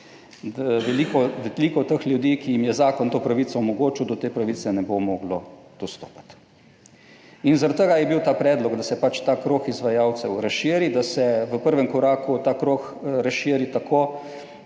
veliko teh ljudi, ki jim je zakon to pravico omogočil, do te pravice ne bo moglo dostopati. In zaradi tega je bil ta predlog, da se pač ta krog izvajalcev razširi, da se v prvem koraku ta krog razširi tako,